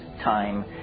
time